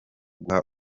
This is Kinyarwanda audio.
guha